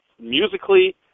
Musically